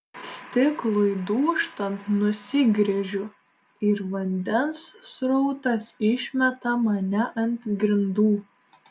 stiklui dūžtant nusigręžiu ir vandens srautas išmeta mane ant grindų